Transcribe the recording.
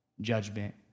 judgment